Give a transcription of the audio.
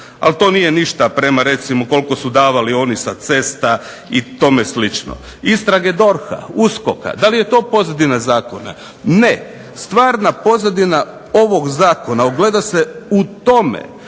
ali to nije ništa prema onome što su davali oni sa cesta i slično. Istrage DORH-a USKOK-a da li je to pozadina Zakona? Ne. Stvarna pozadina ovog Zakona ogleda se u tome